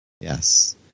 Yes